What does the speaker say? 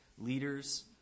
leaders